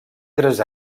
tres